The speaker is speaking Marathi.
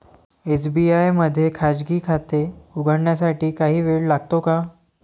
एस.बी.आय मध्ये खाजगी खाते उघडण्यासाठी काही वेळ लागतो का?